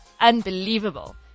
unbelievable